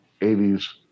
80s